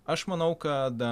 aš manau kad